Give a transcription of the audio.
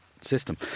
system